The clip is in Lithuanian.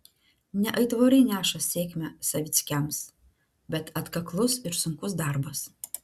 ne aitvarai neša sėkmę savickiams bet atkaklus ir sunkus darbas